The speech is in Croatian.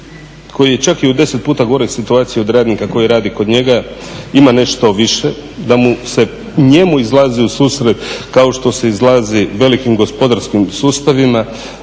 koji je čak i u 10 puta goroj situaciji od radnika koji radi kod njega ima nešto više, da mu se njemu izlazi u susret kao što se izlazi velikim gospodarskim sustavima,